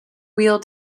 wheel